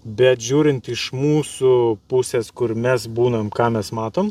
bet žiūrint iš mūsų pusės kur mes būnam ką mes matom